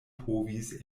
povis